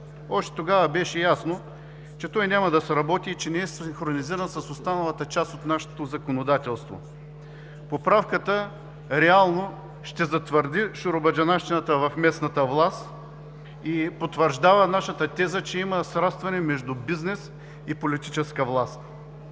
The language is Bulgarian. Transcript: Още тогава беше ясно, че той няма да сработи и не е синхронизиран с останалата част от нашето законодателство. Поправката реално ще затвърди шуробаджанащината в местната власт и потвърждава нашата теза, че има срастване между бизнес и политическа власт.